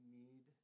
need